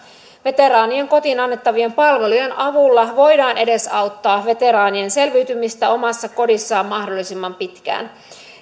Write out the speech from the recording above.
veteraanien kotiin annettavien palvelujen avulla voidaan edesauttaa veteraanien selviytymistä omassa kodissaan mahdollisimman pitkään